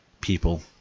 people